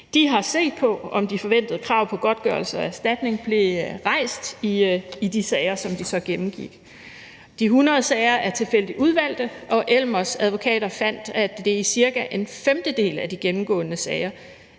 De har set på, om de forventede krav på godtgørelse og erstatning blev rejst i de sager, som de gennemgik. De 100 sager er tilfældigt udvalgt, og Elmer Advokater fandt, at det i cirka en femtedel af de gennemgåede sager